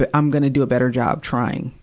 but i'm gonna do a better job trying.